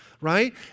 right